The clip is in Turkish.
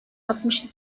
altmış